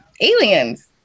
Aliens